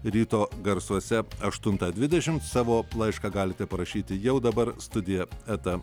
ryto garsuose aštuntą dvidešimt savo laišką galite parašyti jau dabar studija eta